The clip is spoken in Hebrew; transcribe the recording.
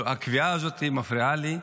הקביעה הזאת מפריעה לי.